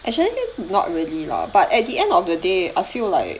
actually not really lah but at the end of the day I feel like